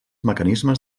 mecanismes